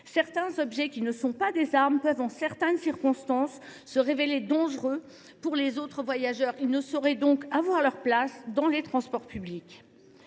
Certains objets, qui ne sont pas des armes, peuvent en certaines circonstances se révéler dangereux pour les autres voyageurs. Ils ne sauraient donc avoir leur place dans les transports publics.